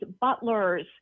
butlers